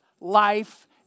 life